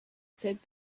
said